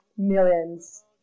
Millions